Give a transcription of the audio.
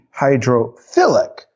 hydrophilic